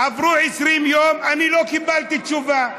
עברו 20 יום, ואני לא קיבלתי תשובה.